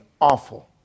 awful